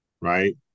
right